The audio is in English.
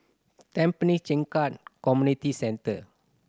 Tampine Changkat Community Centre